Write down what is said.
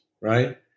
right